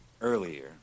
earlier